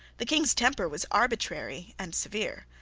the king's temper was arbitrary and severe.